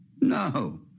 No